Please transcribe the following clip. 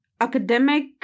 academic